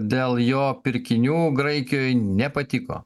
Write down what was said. dėl jo pirkinių graikijoj nepatiko